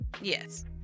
Yes